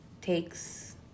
takes